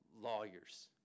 lawyers